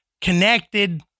connected